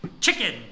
chicken